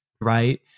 right